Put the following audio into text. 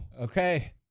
Okay